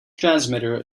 transmitter